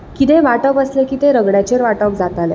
कितेंय वांटप आसलें की तें रगड्याचेर वांटप जातालें